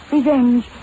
Revenge